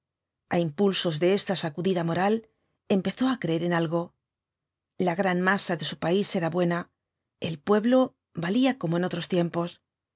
a impulsos de esta sacudida moral empezó á creer en algo la gran masa de su país era buena el pueblo valía como en otros tiempos